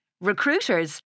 Recruiters